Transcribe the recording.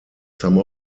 some